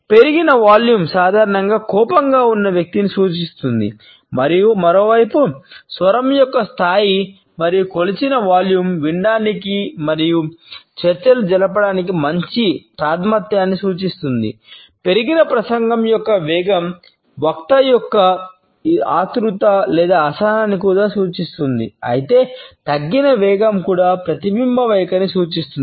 పెరిగిన వాల్యూమ్ యొక్క ఆతురుత లేదా అసహనాన్ని కూడా సూచిస్తుంది అయితే తగ్గిన వేగం కూడా ప్రతిబింబ వైఖరిని సూచిస్తుంది